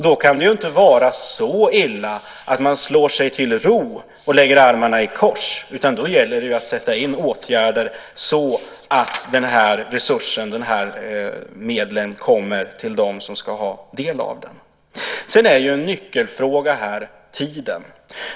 Då kan det inte vara så illa att man slår sig till ro och lägger armarna i kors, utan då gäller det att sätta in åtgärder så att medlen kommer till dem som ska ha del av dem. En nyckelfråga är tiden.